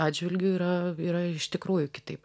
atžvilgiu yra yra iš tikrųjų kitaip